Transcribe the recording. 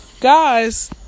Guys